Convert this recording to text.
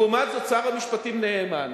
לעומת זאת, שר המשפטים נאמן,